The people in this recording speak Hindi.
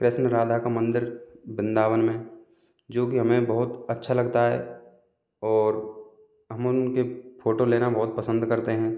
कृष्ण राधा का मंदिर वृंदावन में जो कि हमें बोहोत अच्छा लगता है और हम उनके फ़ोटो लेना बहुत पसंद करते हैं